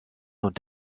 und